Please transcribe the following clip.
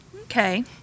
okay